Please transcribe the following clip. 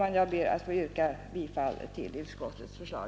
Jag ber att i alla delar få yrka bifall till utskottets förslag.